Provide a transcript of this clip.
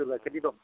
पियर गाइखेरनि दं